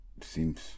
seems